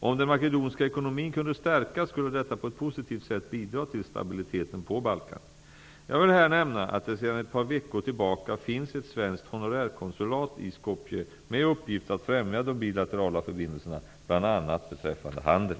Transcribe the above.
Om den makedonska ekonomin kunde stärkas skulle detta på ett positivt sätt bidra till stabiliteten på Jag vill här nämna att det sedan ett par veckor tillbaka finns ett svenskt honorärskonsulat i Skopje med uppgift att främja de bilaterala förbindelserna bl.a. beträffande handel.